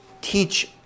teach